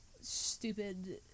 stupid